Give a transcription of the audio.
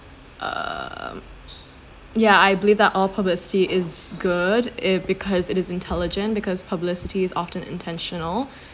uh um yeah I believe that all publicity is good it because it is intelligent because publicity is often intentional